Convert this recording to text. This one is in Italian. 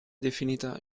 definita